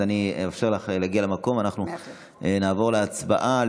אני אאפשר לך להגיע למקום, ואנחנו נעבור להצבעה.